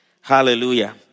Hallelujah